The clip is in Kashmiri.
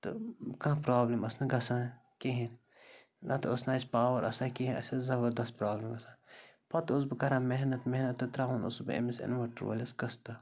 تہٕ کانٛہہ پرٛابلِم ٲس نہٕ گژھان کِہیٖنۍ نَتہٕ ٲس نہٕ اَسہِ پاوَر آسان کِہیٖنۍ اَسہِ ٲس زَبَردَس پرٛابلِم گژھان پَتہٕ اوس بہٕ کَران محنت محنت تہٕ ترٛاوان اوسُس بہٕ أمِس اِنوٲٹَر وٲلِس قسطٕ